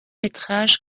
métrages